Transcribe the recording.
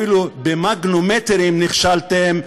אפילו במגנומטרים נכשלתם,